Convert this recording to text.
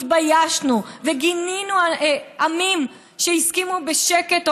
התביישנו וגינינו עמים שהסכימו בשקט או